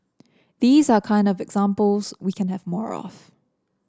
these are kind of examples we can have more of